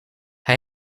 hij